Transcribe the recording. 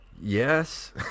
Yes